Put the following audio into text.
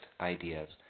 ideas